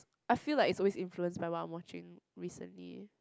I feel like it's always influenced by what I'm watching recently